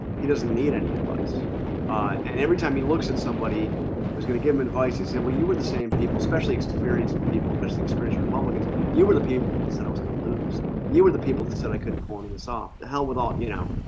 he doesn't need any advice. ah every time he looks at somebody was gonna give him advices and well you were the same people especially experienced people's most experienced republicans you were the people said i was gonna lose you were the people that said i couldn't cloning us off the hell with all you know,